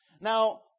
Now